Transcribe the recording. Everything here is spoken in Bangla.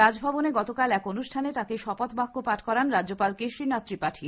রাজভবনে গতকাল এক অনুষ্ঠানে তাঁকে শপথবাক্য পাঠ করান রাজ্যপাল কেশরিনাথ ত্রিপাঠি